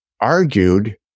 argued